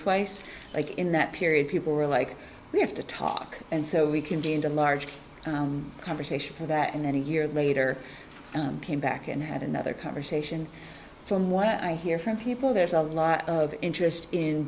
twice in that period people were like we have to talk and so we can get into a large conversation for that and then a year later came back and had another conversation from what i hear from people there's a lot of interest in